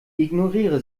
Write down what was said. ignoriere